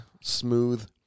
smooth